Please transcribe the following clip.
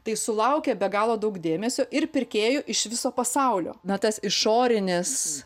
tai sulaukia be galo daug dėmesio ir pirkėjų iš viso pasaulio na tas išorinis